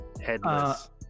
headless